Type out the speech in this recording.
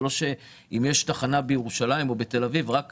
זה לא שאם יש תחנה בירושלים או בתל אביב אז רק